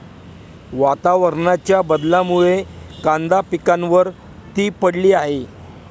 वातावरणाच्या बदलामुळे कांदा पिकावर ती पडली आहे